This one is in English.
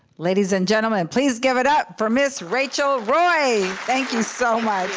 ladies and gentlemen, and please give it up for ms. rachel roy. thank you so much.